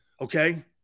okay